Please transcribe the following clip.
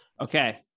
Okay